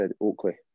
Oakley